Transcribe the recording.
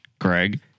Greg